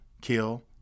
kill